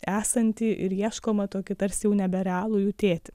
esantį ir ieškomą tokį tarsi jau neberealų jų tėtį